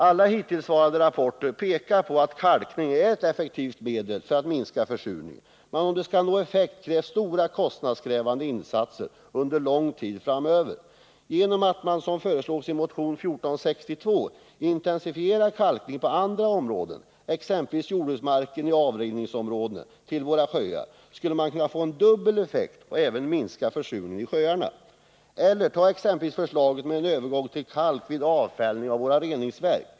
Alla hittillsvarande rapporter pekar på att kalkning är ett effektivt medel för att minska försurning. Men om den skall nå effekt, krävs stora och kostnadskrävande insatser under lång tid framöver. Genom att, som föreslås i motion 1462, intensifiera kalkningen på andra områden, exempelvis i jordbruksmarker i avrinningsområdena till våra sjöar, skulle man få en dubbel effekt och även minska försurningen i våra sjöar. Eller ta exempelvis förslaget om övergång till kalk vid avfällningen vid våra reningsverk.